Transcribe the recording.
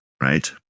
right